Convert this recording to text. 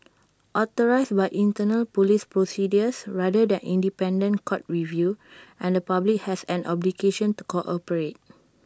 authorised by internal Police procedures rather than independent court review and the public has an obligation to cooperate